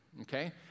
okay